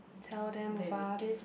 tell them about it